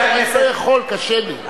קשה לי.